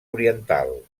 oriental